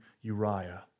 Uriah